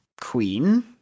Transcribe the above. Queen